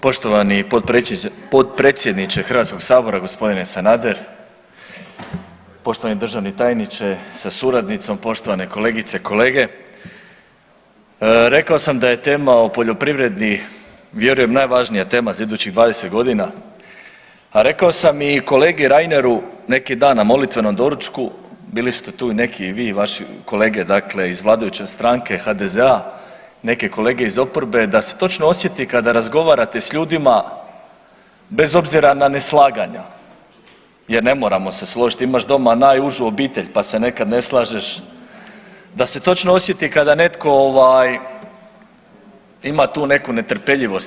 Poštovani potpredsjedniče Hrvatskoga sabora gospodine Sanader, poštovani državni tajniče sa suradnicom, poštovane kolegice, kolege, rekao sam da je tema o poljoprivredi vjerujem najvažnija tema za idućih 20 godina, a rekao sam i kolegi Reineru neki dan na molitvenom doručku bili ste tu i neki vi i vaši kolege dakle iz vladajuće stranke HDZ-a i neke kolege iz oporbe da se točno osjeti kada razgovarate s ljudima bez obzira na neslaganja, jer ne moramo se složiti, imaš doma najužu obitelj pa se nekada ne slažeš, da se točno osjeti kada netko ovaj ima tu neku netrpeljivost.